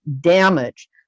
damage